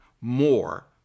more